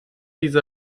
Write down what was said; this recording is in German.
diese